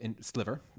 sliver